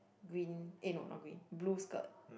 green eh no not green blue skirt